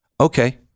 Okay